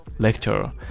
Lecture